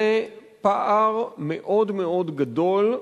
זה פער מאוד מאוד גדול,